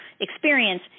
experience